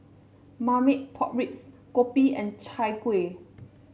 Marmite Pork Ribs Kopi and Chai Kuih